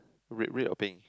red red or pink